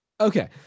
okay